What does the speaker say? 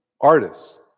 artists